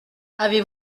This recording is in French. avez